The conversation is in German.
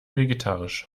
vegetarisch